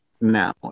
now